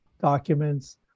documents